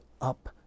up